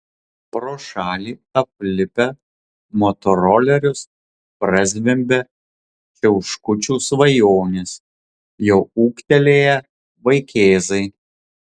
pro šalį aplipę motorolerius prazvimbia čiauškučių svajonės jau ūgtelėję vaikėzai